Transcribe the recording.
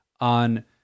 on